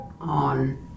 on